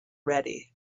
ready